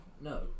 No